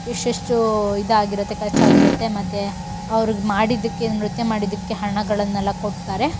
ಎಷ್ಟೆಷ್ಟು ಇದಾಗಿರತ್ತೆ ಖರ್ಚಾಗಿರತ್ತೆ ಮತ್ತು ಅವ್ರಿಗ್ ಮಾಡಿದ್ದಕ್ಕೆ ನೃತ್ಯ ಮಾಡಿದ್ದಕ್ಕೆ ಹಣಗಳನ್ನೆಲ್ಲ ಕೊಡ್ತಾರೆ